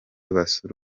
basure